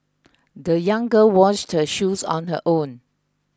the young girl washed her shoes on her own